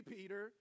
Peter